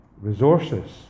resources